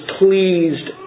pleased